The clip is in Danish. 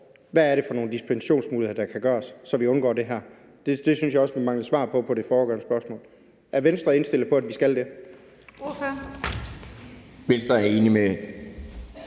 hvad det er for nogle dispensationsmuligheder, der kan gøres, så vi undgår det her? Det synes jeg også vi mangler svar på i forhold til det foregående spørgsmål. Er Venstre indstillet på, at vi skal det? Kl. 14:21 Den fg.